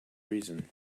reason